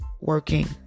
working